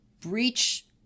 breach